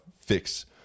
fix